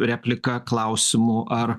replika klausimu ar